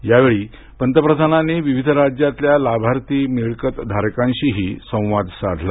यावेळी पंतप्रधानांनी विविध राज्यातल्या लाभार्थी मिळकत धारकांशी संवाद साधला